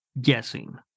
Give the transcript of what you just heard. guessing